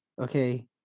Okay